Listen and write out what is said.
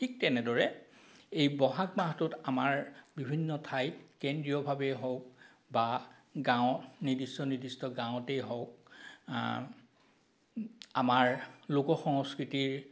ঠিক তেনেদৰে এই বহাগ মাহটোত আমাৰ বিভিন্ন ঠাইত কেন্দ্ৰীয়ভাৱেই হওক বা গাঁও নিৰ্দিষ্ট নিৰ্দিষ্ট গাঁৱতেই হওক আমাৰ লোক সংস্কৃতিৰ